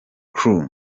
crew